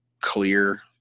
clear